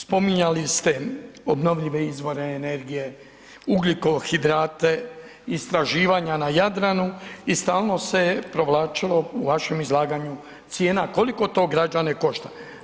Spominjali ste obnovljive izbore energije, ugljikohidrate, istraživanja na Jadranu i stalno se provlačilo u vašem izlaganju cijena koliko to građane košta.